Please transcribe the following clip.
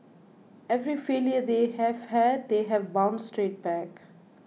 every failure they have had they have bounced straight back